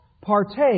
partake